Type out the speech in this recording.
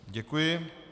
Děkuji.